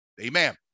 amen